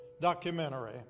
documentary